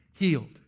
healed